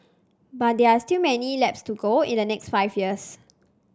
but there are still many laps to go in the next five years